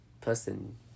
person